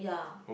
ya